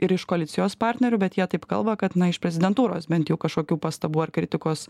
ir iš koalicijos partnerių bet jie taip kalba kad na iš prezidentūros bent jau kažkokių pastabų ar kritikos